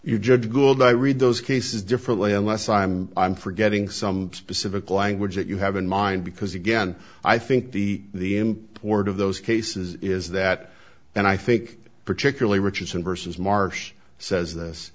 you judge gould i read those cases differently unless i'm i'm forgetting some specific language that you have in mind because again i think the import of those cases is that and i think particularly richardson versus marsh says this